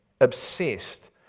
obsessed